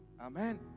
Amen